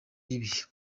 y’ibihe